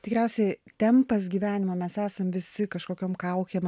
tikriausiai tempas gyvenimo mes esam visi kažkokiom kaukėm